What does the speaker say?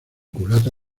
culata